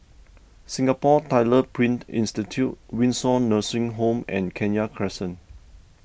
Singapore Tyler Print Institute Windsor Nursing Home and Kenya Crescent